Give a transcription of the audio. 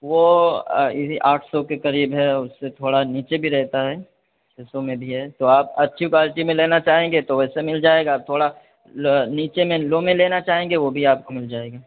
وہ یہ آٹھ سو کے قریب ہے اور اس سے تھوڑا نیچے بھی رہتا ہے چھ سو میں بھی ہے تو آپ اچھی کوالٹی میں لینا چاہیں گے تو ویسے مل جائے گا تھوڑا لو نیچے میں لو میں لینا چاہیں گے وہ بھی آپ کو مل جائے گا